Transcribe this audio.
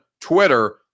Twitter